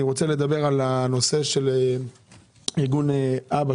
אני רוצה לדבר על הנושא של ארגון אב"א,